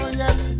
yes